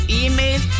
e-mail